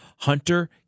Hunter